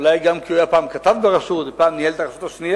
אולי גם כי הוא היה פעם כתב ברשות ופעם ניהל את הרשות השנייה,